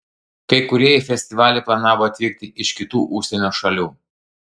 kai kurie į festivalį planavo atvykti iš kitų užsienio šalių